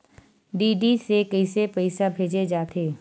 DD से कइसे पईसा भेजे जाथे?